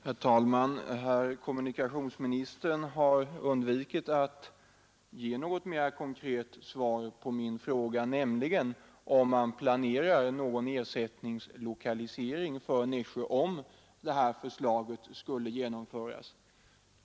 Herr talman! Herr kommunikationsministern har undvikit att ge något mera konkret svar på min fråga, om man planerar någon ersättningslokalisering för Nässjö ifall det här förslaget skulle genomföras.